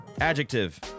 Adjective